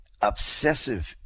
obsessive